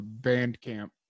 bandcamp